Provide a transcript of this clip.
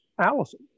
Allison